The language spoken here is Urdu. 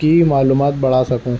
کی معلومات بڑھا سکوں